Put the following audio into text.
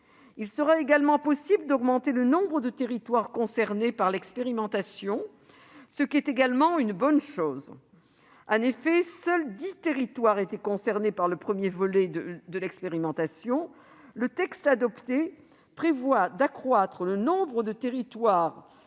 Il sera également possible d'augmenter le nombre de territoires concernés par l'expérimentation, ce qui est aussi une bonne chose. En effet, seuls dix territoires étaient concernés par le premier volet de l'expérimentation. Le texte adopté prévoit d'accroître à soixante le nombre de territoires